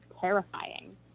terrifying